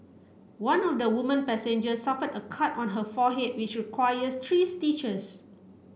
one of the woman passengers suffered a cut on her forehead which required three stitches